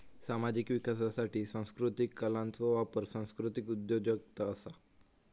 सामाजिक विकासासाठी सांस्कृतीक कलांचो वापर सांस्कृतीक उद्योजगता असा